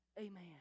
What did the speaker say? Amen